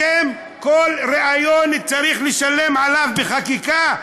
אתם, כל ריאיון, צריך לשלם עליו בחקיקה?